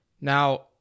Now